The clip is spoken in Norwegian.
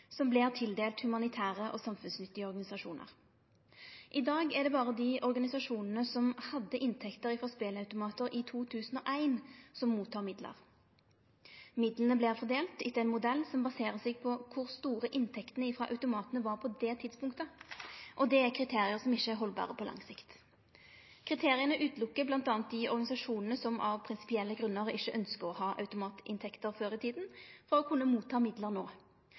som vert tildelte humanitære og samfunnsnyttige organisasjonar. I dag er det berre dei organisasjonane som hadde inntekter frå spelautomatar i 2001, som mottar midlar. Midlane vert fordelte etter ein modell som baserer seg på kor store inntektene frå automatane var på det tidspunktet. Dette er kriterium som ikkje er haldbare på lang sikt. Kriteria ekskluderer bl.a. dei organisasjonane som av prinsipielle grunnar ikkje ønskte å ha automatinntekter før i tida for å kunne motta midlar no.